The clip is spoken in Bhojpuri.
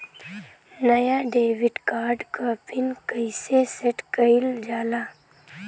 नया डेबिट कार्ड क पिन कईसे सेट कईल जाला?